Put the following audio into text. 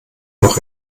noch